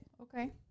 Okay